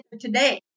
today